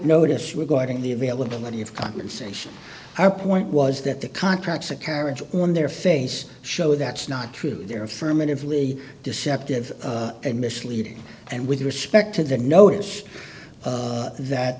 notice were guarding the availability of compensation our point was that the contracts a carrot on their face show that's not true they're affirmatively deceptive a misleading and with respect to the notice that th